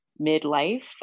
midlife